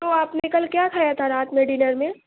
تو آپ نے کل کیا کھایا تھا رات میں ڈنر میں